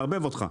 מערבב אותך,